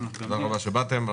תודה רבה שבאתם.